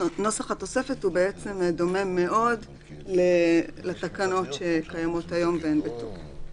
נוסח התוספת דומה מאוד לתקנות שקיימות היום והן בתוקף.